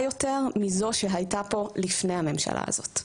יותר מזו שהייתה פה לפני הממשלה הזאת.